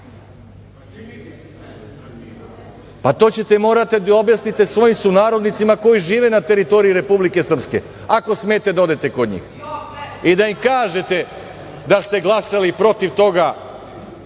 To ćete morati da objasnite svojim sunarodnicima koji žive na teritoriji Republike Srpske, ako smete da odete kod njih i da im kažete da ste glasali protiv toga